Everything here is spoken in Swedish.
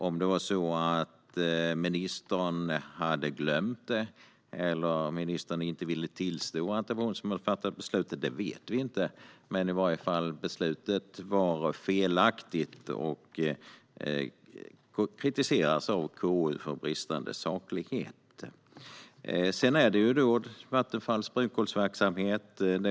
Om ministern hade glömt det eller inte ville tillstå att det var hon som hade fattat beslutet vet vi inte, men uttalandet var i varje fall felaktigt och kritiseras av KU för bristande saklighet. Gransknings-betänkandeVissa frågor om regeringens ansvar för förvaltningen och statliga bolag Det andra gäller Vattenfalls brunkolsverksamhet.